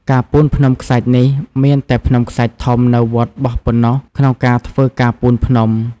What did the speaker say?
ការពូនភ្នំខ្សាច់នេះ មានតែភ្នំខ្សាច់ធំនៅវត្តបោះប៉ុណ្ណោះក្នុងការធ្វើការពូនភ្នំ។